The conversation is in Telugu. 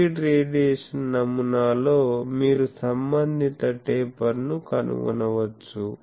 ఫీడ్ రేడియేషన్ నమూనాలో మీరు సంబంధిత టేపర్ను కనుగొనవచ్చు